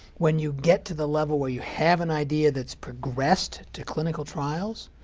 when you get to the level where you have an idea that's progressed to clinical trials,